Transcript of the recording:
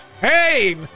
Hey